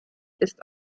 ist